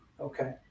Okay